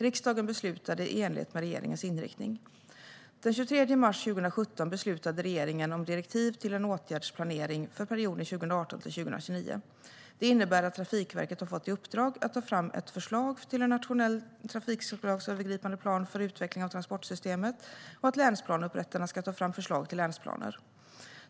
Riksdagen beslutade i enlighet med regeringens inriktning. Den 23 mars 2017 beslutade regeringen om direktiv till åtgärdsplanering för perioden 2018-2029. Det innebär att Trafikverket har fått i uppdrag att ta fram ett förslag till en nationell trafikslagsövergripande plan för utveckling av transportsystemet och att länsplaneupprättarna ska ta fram förslag till länsplaner.